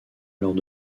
alors